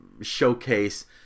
showcase